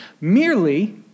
merely